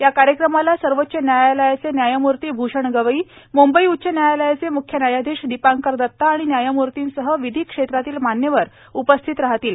या कार्यक्रमाला सर्वोच्च त्यायालयाचे त्यायमूर्ती भूषण गवई मुंबई उच्च न्यायालयाचे मुख्य न्यायाधीश दीपांकर दता आणि न्यायमूर्तीसह विधी क्षेत्रातील मान्यवर उपस्थित राहतील